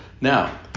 Now